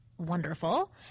wonderful